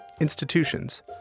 institutions